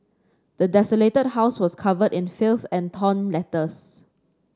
the desolated house was covered in filth and torn letters